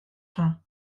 faim